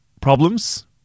problems